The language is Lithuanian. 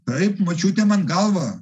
taip močiutė man galvą